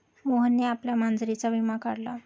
मोहनने आपल्या मांजरीचा विमा काढला